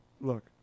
look